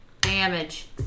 Damage